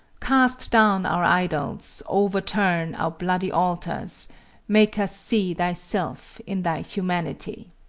cast down our idols overturn our bloody altars make us see thyself in thy humanity!